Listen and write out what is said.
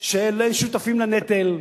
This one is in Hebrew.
שאין להם שותפים לנטל,